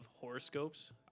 horoscopes